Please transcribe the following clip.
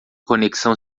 conexão